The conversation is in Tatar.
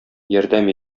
ярдәм